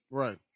right